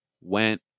went